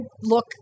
look